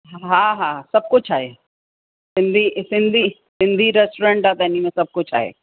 हा हा सभु कुझु आहे सिंधी सिंधी सिंधी रेस्टोरेंट आहे त इनमें सभु कुझु आहे